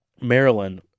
Maryland